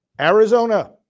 Arizona